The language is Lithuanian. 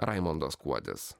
raimondas kuodis